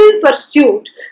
pursuit